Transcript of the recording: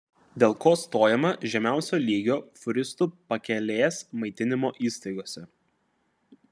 dėl ko stojama žemiausio lygio fūristų pakelės maitinimo įstaigose